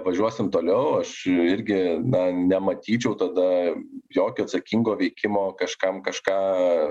važiuosim toliau aš irgi na nematyčiau tada jokio atsakingo veikimo kažkam kažką